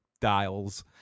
dials